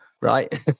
right